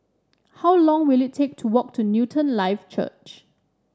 how long will it take to walk to Newton Life Church